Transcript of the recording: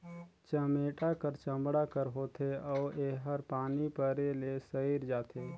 चमेटा हर चमड़ा कर होथे अउ एहर पानी परे ले सइर जाथे